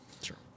Sure